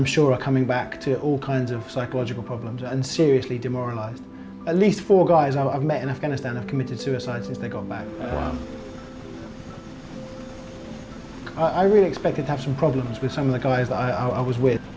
i'm sure coming back to all kinds of psychological problems and seriously demoralized at least four guys i've met in afghanistan a committed suicide since they got back i really expected have some problems with some of the guys i was with